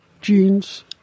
jeans